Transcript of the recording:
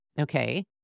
Okay